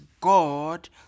God